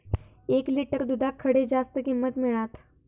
एक लिटर दूधाक खडे जास्त किंमत मिळात?